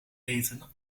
eten